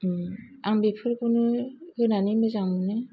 आं बेफोरखौनो होनानै मोजां मोनो